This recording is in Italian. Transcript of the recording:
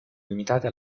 limitate